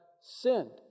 sinned